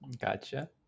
Gotcha